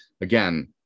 Again